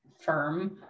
firm